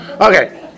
Okay